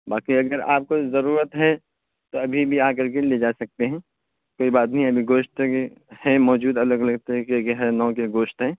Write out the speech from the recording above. باقی اگر آپ کو ضرورت ہے تو ابھی بھی آ کر کے لے جا سکتے ہیں کوئی بات نہیں ابھی گوشت ہے موجود الگ الگ طریقے کے ہر نوع کے گوشت ہیں